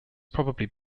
probably